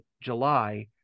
July